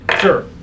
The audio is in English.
Sure